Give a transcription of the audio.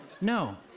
No